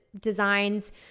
designs